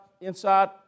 inside